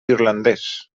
irlandès